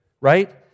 right